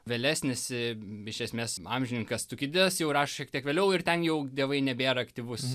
vėlesnis im iš esmės mamžininkas stukidijas jau rašė šiek tiek vėliau ir ten jau dievai nebėra aktyvus